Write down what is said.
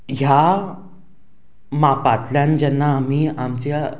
ह्या मापांतल्यान जेन्ना आमी आमच्या